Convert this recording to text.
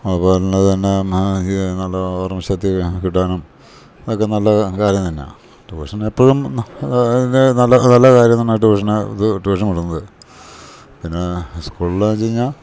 അതുപോലെ തന്നെ തന്നെ ചെയ്യാൻ നല്ല ഓർമ്മ ശക്തി കിട്ടാനും അതൊക്കെ നല്ല കാര്യം തന്നാണ് ട്യൂഷനെപ്പോഴും ഇത് നല്ല നല്ല കാര്യം തന്നാ ട്യൂഷന് ഇത് ട്യൂഷൻ വിടുന്നത് പിന്നെ സ്കൂളിൽ ഉച്ച കഴിഞ്ഞാൽ